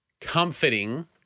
comforting